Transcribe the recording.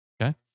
okay